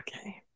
okay